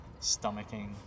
stomaching